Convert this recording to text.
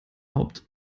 haupt